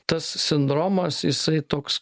tas sindromas jisai toks